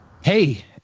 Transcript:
Hey